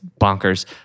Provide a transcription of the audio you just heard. bonkers